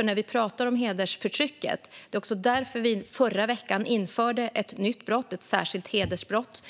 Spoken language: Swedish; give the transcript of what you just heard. När vi pratar om hedersförtrycket är det också därför vi förra veckan införde en ny särskild brottsrubricering för hedersbrott.